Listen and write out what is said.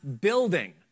building